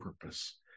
purpose